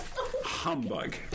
Humbug